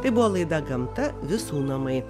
tai buvo laida gamta visų namai